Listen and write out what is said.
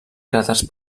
cràters